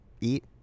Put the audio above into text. eat